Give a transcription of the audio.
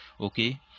Okay